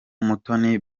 mutoni